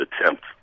attempt